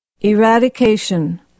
Eradication